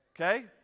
okay